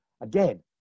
again